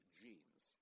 genes